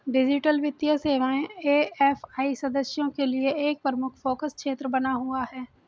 digital वित्तीय सेवाएं AFI सदस्यों के लिए एक प्रमुख फोकस क्षेत्र बना हुआ है